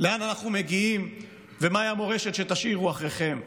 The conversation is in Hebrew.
לאן אנחנו מגיעים ומהי המורשת שתשאירו אחריכם.